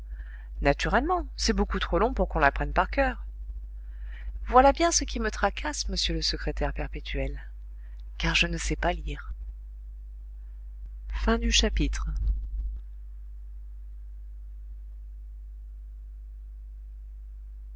naturellement c'est beaucoup trop long pour qu'on l'apprenne par coeur voilà bien ce qui me tracasse monsieur le secrétaire perpétuel car je ne sais pas lire